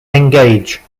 engage